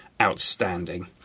outstanding